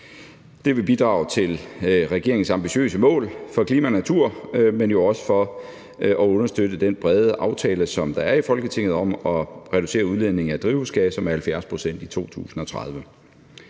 Det vil bidrage til regeringens ambitiøse mål for klimaet og naturen, men også til at understøtte den brede aftale, som der er i Folketinget, om at reducere udledningen af drivhusgasser med 70 pct. i 2030.